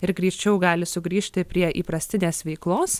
ir greičiau gali sugrįžti prie įprastinės veiklos